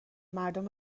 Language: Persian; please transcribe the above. مردم